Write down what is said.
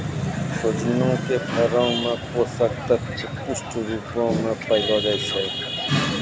सोजिना के फरो मे पोषक तत्व पुष्ट रुपो मे पायलो जाय छै